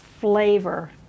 flavor